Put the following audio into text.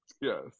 Yes